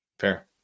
Fair